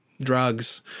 drugs